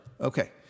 Okay